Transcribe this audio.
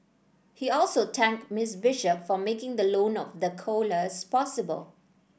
he also thanked Miss Bishop for making the loan of the koalas possible